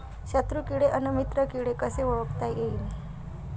शत्रु किडे अन मित्र किडे कसे ओळखता येईन?